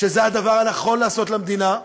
שזה הדבר הנכון לעשות למדינה,